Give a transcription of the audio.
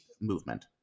movement